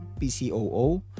PCOO